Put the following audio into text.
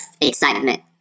excitement